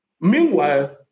meanwhile